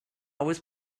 was